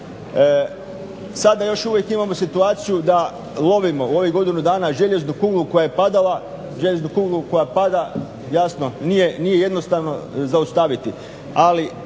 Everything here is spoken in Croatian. Sada još uvijek imamo situaciju da lovimo u ovih godinu dana željeznu kuglu koja je padala, željeznu kuglu koja pada. Jasno nije jednostavno zaustaviti,